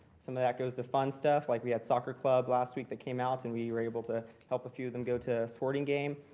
some of that goes to fun stuff, like we had soccer club last week that came out and we were able to help a few of them go to a sporting game.